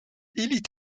élit